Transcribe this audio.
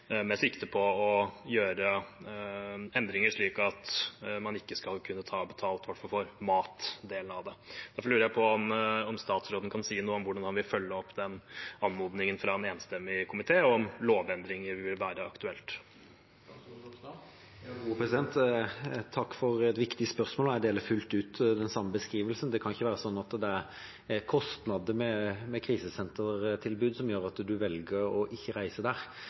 med sikte på å gjøre endringer slik at man ikke skal kunne ta betalt for i hvert fall matdelen av det. Jeg lurer på om statsråden kan si noe om hvordan han vil følge opp den anmodningen fra en enstemmig komité, og om lovendringer vil være aktuelt. Takk for et viktig spørsmål. Jeg er fullt ut enig i beskrivelsen. Det kan ikke være sånn at det er kostnader ved krisesentertilbud som gjør at en velger ikke å reise